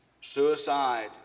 suicide